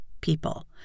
people